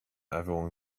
everyone